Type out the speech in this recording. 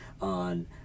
on